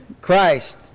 Christ